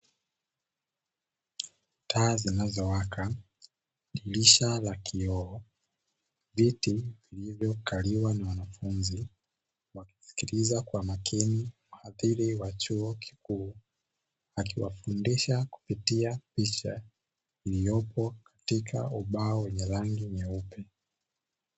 Taa zinazowaka, dirisha la kioo, viti vilivyokaliwa na wanafunzi wakimsikiliza kwa makini mhadhiri wa chuo kikuu akiwafundisha kupitia picha iliyopo katika ubao wenye rangi nyeupe.